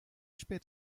spät